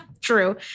True